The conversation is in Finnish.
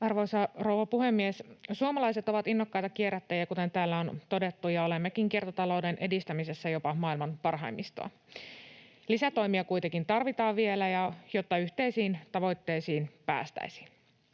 Arvoisa rouva puhemies! Suomalaiset ovat innokkaita kierrättäjiä, kuten täällä on todettu, ja olemmekin kiertotalouden edistämisessä jopa maailman parhaimmistoa. Lisätoimia kuitenkin tarvitaan vielä, jotta yhteisiin tavoitteisiin päästäisiin.